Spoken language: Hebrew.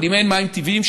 אבל אם אין מים טבעיים,